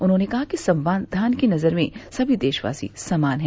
उन्होंने कहा कि संविधान की नज़र में सभी देशवासी समान है